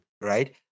right